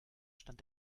stand